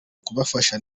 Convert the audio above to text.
kubafasha